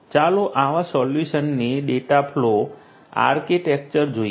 ચાલો આવા સોલ્યુશનની ડેટાફ્લો આર્કિટેક્ચર જોઈએ